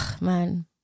man